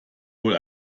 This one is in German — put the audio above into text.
wohl